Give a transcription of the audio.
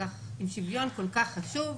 שאם שוויון כל כך חשוב,